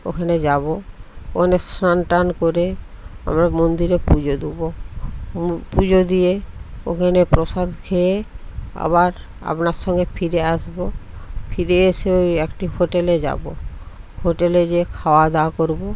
ওখানে যাব ওকানে স্নান টান করে আমরা মন্দিরে পুজো দেবো পুজো দিয়ে ওখানে প্রসাদ খেয়ে আবার আপনার সঙ্গে ফিরে আসব ফিরে এসে ওই একটি হোটেলে যাব হোটেলে যেয়ে খাওয়া দাওয়া করব